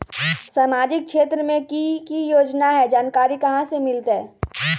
सामाजिक क्षेत्र मे कि की योजना है जानकारी कहाँ से मिलतै?